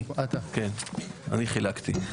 אני חילקתי.